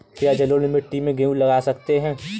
क्या जलोढ़ मिट्टी में गेहूँ लगा सकते हैं?